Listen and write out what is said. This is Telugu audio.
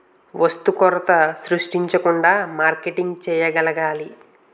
వస్తు కొరత సృష్టించకుండా మార్కెటింగ్ చేయగలగాలి